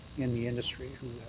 in the industry who